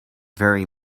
very